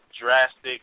drastic